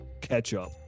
ketchup